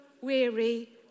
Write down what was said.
weary